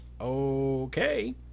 Okay